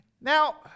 Now